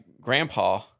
grandpa